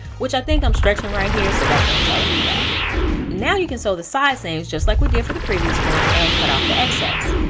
which i think i'm stretching right here so that's why i'm telling you that now you can sew the side seams just like we did for the previous one and cut off the excess.